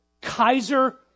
Kaiser